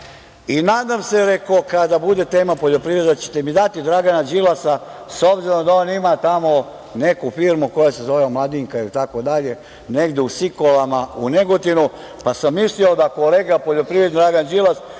i nadam se kada bude tema – poljoprivreda da ćete mi dati Dragana Đilasa, s obzirom da on ima tamo neku firmu koja se zove „Omladinka“ i tako dalje, negde u Sikolama u Negotinu, pa sam mislio da kolega poljoprivrednik Dragan Đilas